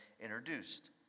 introduced